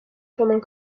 pendant